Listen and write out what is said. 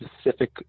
specific